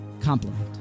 compliment